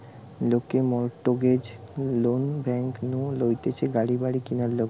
লোকে mortgage loan bank নু লইতেছে গাড়ি বাড়ি কিনার লিগে